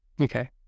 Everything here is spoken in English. Okay